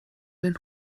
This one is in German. den